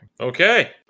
Okay